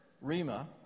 Rima